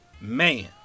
Man